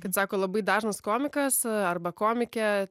kad sako labai dažnas komikas arba komikė